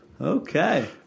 Okay